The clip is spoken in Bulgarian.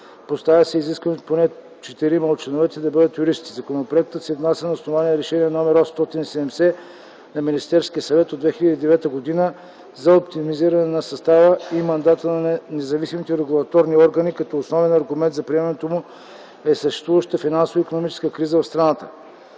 Поставя се и изискването поне четирима от членовете да бъдат юристи. Законопроектът се внася на основание Решение № 870 на Министерския съвет от 2009 г. за оптимизиране на състава и мандата на независимите регулаторни органи, като основен аргумент за приемането му е съществуващата финансова и икономическа криза в страната.